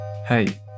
Hey